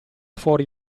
fuori